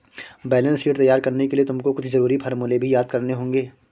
balance sheet तैयार करने के लिए तुमको कुछ जरूरी फॉर्मूले भी याद करने होंगे